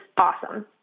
awesome